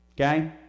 Okay